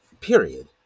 period